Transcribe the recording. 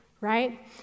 right